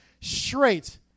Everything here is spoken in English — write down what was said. straight